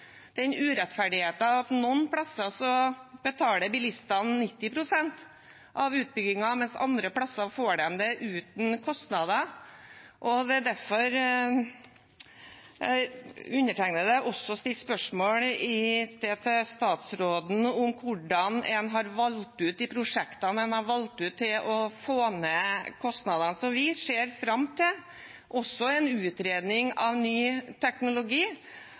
at noen plasser betaler bilistene 90 pst. av utbyggingen, mens andre plasser får de det uten kostnader. Det er derfor undertegnede også stilte spørsmål til statsråden i sted om hvordan en har valgt ut de prosjektene som skal få ned kostnadene. Så vi ser fram til en utredning av ny teknologi.